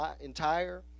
entire